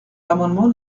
l’amendement